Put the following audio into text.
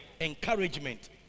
Encouragement